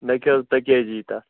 مےٚ کیٛاہ حظ پیکیج یِیہِ تَتھ